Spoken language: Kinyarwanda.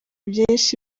byinshi